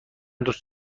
دوست